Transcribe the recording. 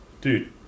Dude